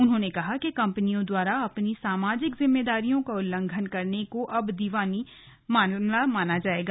उन्होंने कहा कि कंपनियों द्वारा अपनी सामाजिक जिम्मेदारियों का उल्लंघन करने को अब दिवानी मामला माना जाएगा